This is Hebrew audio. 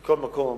מכל מקום,